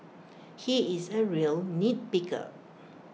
he is A real nitpicker